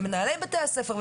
למנהלי בתי ספר,